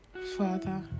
Father